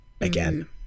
again